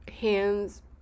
hands